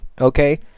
okay